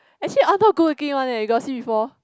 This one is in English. actually all of them good looking one eh you got see before